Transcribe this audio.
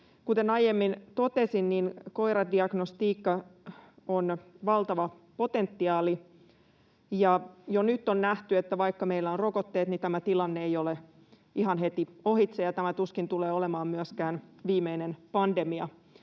Kuten aiemmin totesin, koiradiagnostiikka on valtava potentiaali, ja jo nyt on nähty, että vaikka meillä on rokotteet, niin tämä tilanne ei ole ihan heti ohitse, ja tämä tuskin tulee olemaan myöskään viimeinen pandemia.